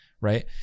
Right